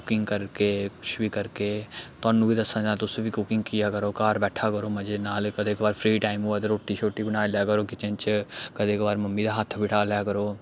cooking करके कुछ बी करे थुहानू बी दस्सना च तुस बी कुकिंग किया करो घर बैठा करो मज़े नाल कदें बार फ्री टाईम होऐ ते रुट्टी शोटी बनाई लै करो किचन च कदें कभार मम्मी दे हत्थ बटा लेआ करो